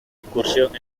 incursión